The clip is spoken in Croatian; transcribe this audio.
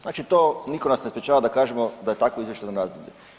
Znači to nitko nas ne sprječava da kažemo da je takovo izvještajno razdoblje.